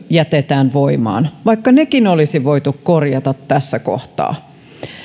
jätetään voimaan vaikka nekin olisi voitu korjata tässä kohtaa